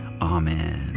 Amen